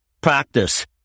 practice